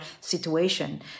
situation